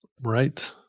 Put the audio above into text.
Right